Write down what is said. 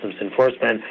enforcement